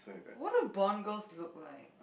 what do Bond Girls look like